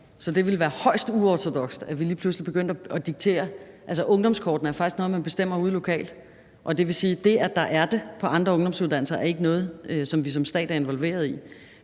Så det ville være højst uortodokst, at vi lige pludselig begyndte at diktere det. Ungdomskortet er faktisk noget, man bestemmer ude lokalt. Det vil sige, at det, at der er det på andre ungdomsuddannelser, ikke er noget, som vi som stat er involveret i.